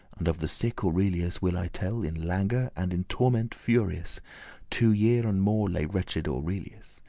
and of the sick aurelius will i tell in languor and in torment furious two year and more lay wretch'd aurelius,